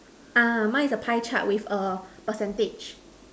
ah mine is a pie chart with a percentage